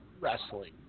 Wrestling